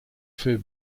für